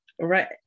Right